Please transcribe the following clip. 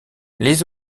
les